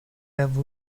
have